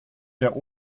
der